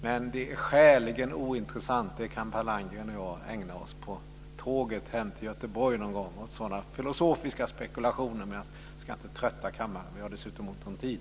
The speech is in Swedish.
Men det är skäligen ointressant. Sådana filosofiska spekulationer kan Per Landgren och jag ägna oss åt på tåget hem till Göteborg någon gång. Jag ska inte trötta kammaren. Vi har dessutom ont om tid.